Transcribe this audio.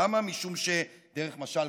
דרך משל,